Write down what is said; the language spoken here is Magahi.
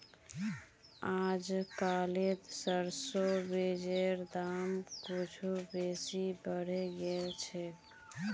अजकालित सरसोर बीजेर दाम कुछू बेसी बढ़े गेल छेक